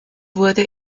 wurde